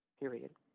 period